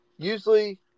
Usually